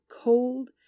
cold